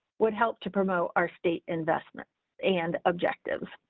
would help to promote our state investments and objective.